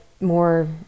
more